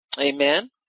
Amen